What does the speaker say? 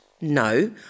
No